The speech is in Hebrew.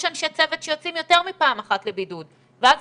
יש אנשי צוות שיוצאים יותר מפעם אחת לבידוד ואז